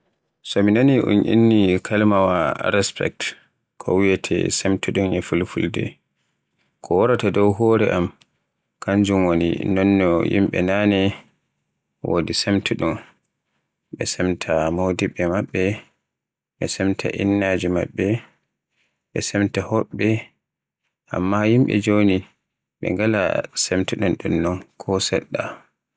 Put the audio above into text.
So mi nani un inni kalimaawa "respect" ko wiyeete semtuɗum e Fulfulde, ko waraata dow hore am kanjum woni non no yimɓe naane wodi semtuɗum. Ɓe semta modiɓɓe maɓɓe, ɓe semta innaji maɓɓe, be semta hoɓɓe, amma yimɓe joni be ngala dun no semtudɗm ko seɗɗa.